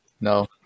no